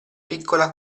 piccola